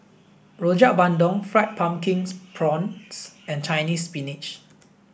Rojak Bandung fried pumpkin prawns and Chinese spinach